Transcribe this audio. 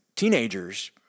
Teenagers